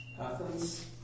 Athens